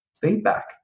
feedback